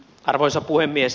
arvoisa puhemies